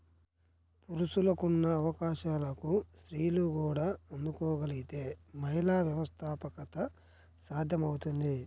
పురుషులకున్న అవకాశాలకు స్త్రీలు కూడా అందుకోగలగితే మహిళా వ్యవస్థాపకత సాధ్యమవుతుంది